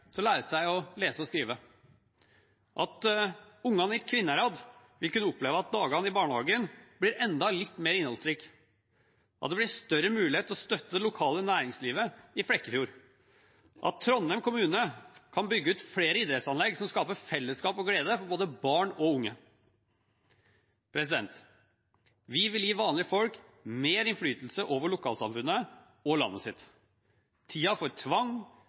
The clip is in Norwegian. til å lære seg å lese og skrive, at ungene i Kvinnherad vil kunne oppleve at dagene i barnehagen blir enda mer innholdsrike, at det blir større mulighet til å støtte det lokale næringslivet i Flekkefjord, og at Trondheim kommune kan bygge ut flere idrettsanlegg som skaper fellesskap og glede for både barn og unge. Vi vil gi vanlige folk mer innflytelse over lokalsamfunnet og landet sitt. Tiden for tvang,